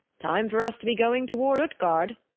time for us to be going toward utgard.